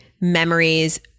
memories